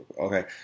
okay